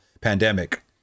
pandemic